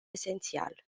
esențial